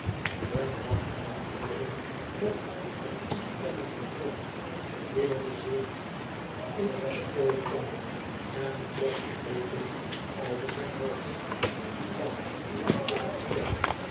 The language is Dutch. de man antwoordde met een toestemmend gebrom keerde zich in zijn kooi om en trok de deken over zijn hoofd want vervolgde tapley